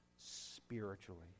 spiritually